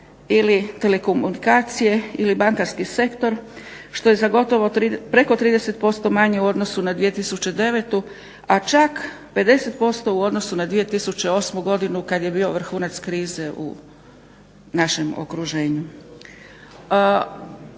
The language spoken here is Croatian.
ili telekomunikacije ili bankarski sektor što je za gotovo, preko 30% manje u odnosu na 2009., a čak 50% u odnosu na 2008. godinu kad je bio vrhunac krize u našem okruženju.